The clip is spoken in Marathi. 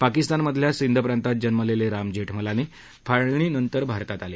पाकिस्तान मधल्या सिंध प्रांतात जन्मलेले राम जेठमलानी फाळणीनंतर भारतात आले